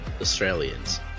Australians